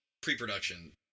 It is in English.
pre-production